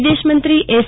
વિદેશમંત્રી એસ